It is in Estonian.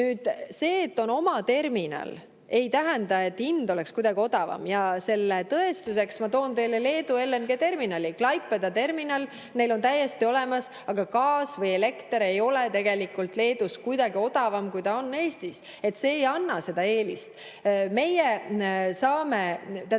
tuua. See, et on oma terminal, ei tähenda, et hind oleks kuidagi odavam. Selle tõestuseks toon teile Leedu LNG-terminali [näite]. Klaipeda terminal neil on täiesti olemas, aga gaas ja elekter ei ole tegelikult Leedus kuidagi odavam, kui ta on Eestis. See ei anna seda eelist. Meie